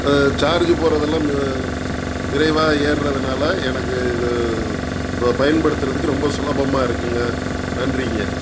charge போடுறதெல்லாம் விரைவாக ஏறுகிறதுனால எனக்கு இது இப்போ பயன்படுத்துகிறதுக்கு ரொம்ப சுலபமாக இருக்குதுங்க நன்றிங்க